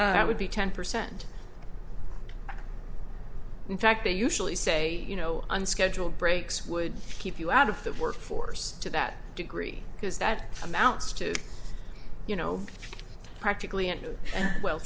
that would be ten percent in fact they usually say you know unscheduled breaks would keep you out of the work force to that degree because that amounts to you know practically